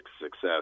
success